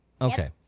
Okay